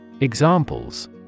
Examples